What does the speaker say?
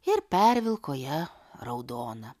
ir pervilko ją raudona